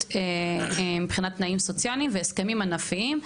מבחינת תנאים סוציאליים והסכמים ענפיים,